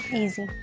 Easy